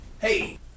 hey